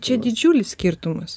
čia didžiulis skirtumas